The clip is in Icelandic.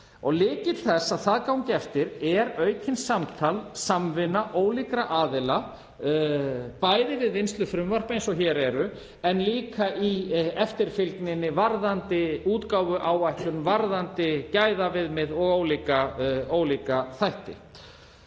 til þess að það gangi eftir er aukið samtal og samvinna ólíkra aðila, bæði við vinnslu frumvarpa eins og hér eru en líka í eftirfylgninni varðandi útgáfuáætlun, varðandi gæðaviðmið og ólíka þætti.